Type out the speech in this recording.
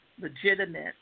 legitimate